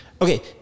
Okay